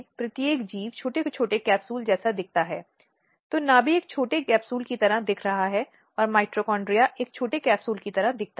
इसलिए परिवार के क्षेत्र में महिलाओं के खिलाफ हिंसा के एक या दूसरे रूपों की जबरदस्त संभावना है